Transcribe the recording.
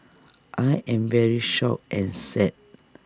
I am very shocked and sad